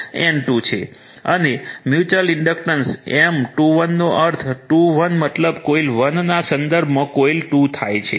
અને mutual inductance M21 નો અર્થ 2 1 મતલબ કોઇલ 1 ના સંદર્ભમાં કોઇલ 2 થાય છે